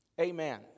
Amen